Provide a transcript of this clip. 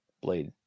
blade